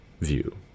view